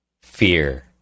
fear